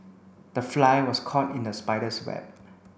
the fly was caught in the spider's web